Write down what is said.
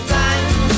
time